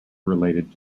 related